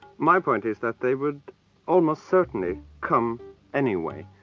my point is that they would almost certainly come anyway.